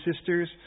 sisters